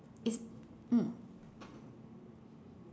mm